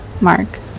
Mark